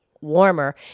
warmer